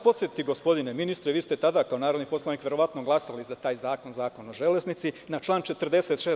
Podsetiću vas gospodine ministre, vi ste tada kao narodni poslanik verovatno glasali za Zakon o železnici, na član 46.